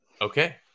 okay